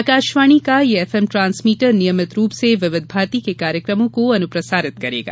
आकाशवाणी का यह FM transmitter नियमित रूप से विविध भारती के कार्यकमों को अनुप्रसारित करेगा